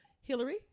hillary